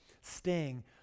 sting